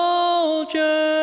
Soldier